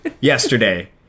yesterday